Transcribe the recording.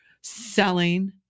selling